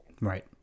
right